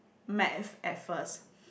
Maths at first